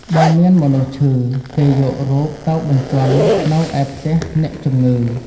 បើមានមនុស្សឈឺ គេយករូបទៅបញ្ជាន់នៅឯផ្ទះអ្នកជំងឺ ។